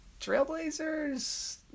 Trailblazers